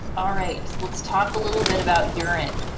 all right, let's talk a little bit about urine.